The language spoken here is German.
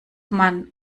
man